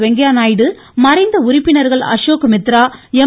வெங்கையாநாயுடு மறைந்த உறுப்பினர்கள் அசோக் மித்ரா எம்